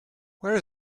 where